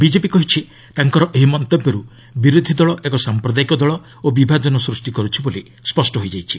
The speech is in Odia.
ବିଜେପି କହିଛି ତାଙ୍କର ଏହି ମନ୍ତବ୍ୟରୁ ବିରୋଧି ଦଳ ଏକ ସାମ୍ପ୍ରଦାୟିକ ଦଳ ଓ ବିଭାଜନ ସୂଷ୍ଟି କରୁଛି ବୋଲି ସ୍ୱଷ୍ଟ ହୋଇଯାଇଛି